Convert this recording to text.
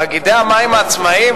תאגידי המים העצמאיים,